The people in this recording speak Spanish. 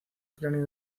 cráneo